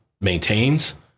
maintains